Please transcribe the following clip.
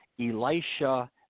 Elisha